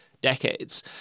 decades